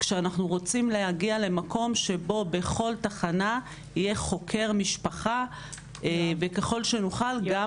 כשאנחנו רוצים להגיע למקום שבו בכל תחנה יהיה חוקר משפחה וככל שנוכל גם